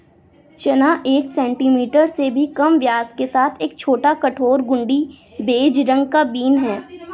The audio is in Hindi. चना एक सेंटीमीटर से भी कम व्यास के साथ एक छोटा, कठोर, घुंडी, बेज रंग का बीन है